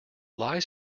lies